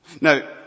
Now